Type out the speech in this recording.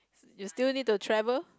you still need to travel